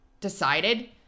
decided